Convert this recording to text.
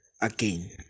again